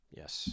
yes